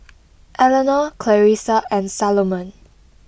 Elenore Clarisa and Salomon